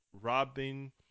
Robin